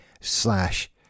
slash